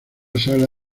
sala